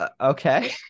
okay